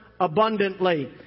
abundantly